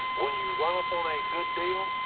when you run up on a good deal,